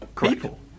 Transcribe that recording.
people